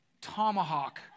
tomahawk